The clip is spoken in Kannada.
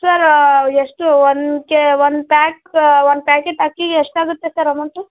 ಸರ್ ಎಷ್ಟು one K one pack one packet ಅಕ್ಕಿಗೆ ಎಷ್ಟಾಗುತ್ತೆ ಸರ್ ಅಮೌಂಟು